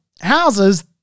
houses